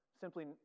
simply